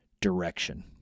direction